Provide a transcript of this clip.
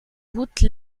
routes